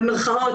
במירכאות,